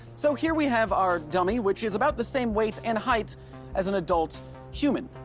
so, here we have our dummy, which is about the same weight and height as an adult human.